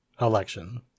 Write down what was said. election